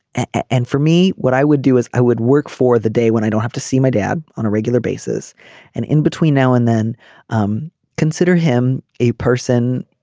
ah and for me what i would do is i would work for the day when i don't have to see my dad on a regular basis and in between now and then um consider him a person